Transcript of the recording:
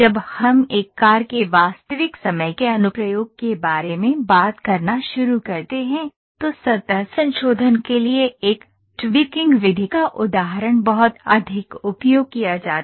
जब हम एक कार के वास्तविक समय के अनुप्रयोग के बारे में बात करना शुरू करते हैं तो सतह संशोधन के लिए एक tweaking विधि का उदाहरण बहुत अधिक उपयोग किया जाता है